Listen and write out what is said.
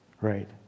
right